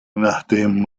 nachdem